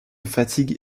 fatigue